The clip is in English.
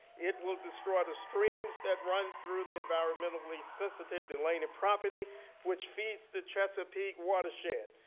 it will destroy the streams that run through the environmentally sensitive delaney property which feeds the chesapeake watershed.